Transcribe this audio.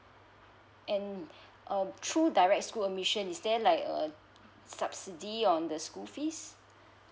and um through direct school admission is there like a subsidy on the school fees